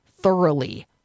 thoroughly